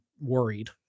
worried